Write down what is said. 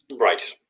Right